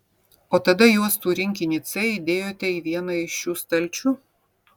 o tada juostų rinkinį c įdėjote į vieną iš šių stalčių